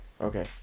okay